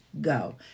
go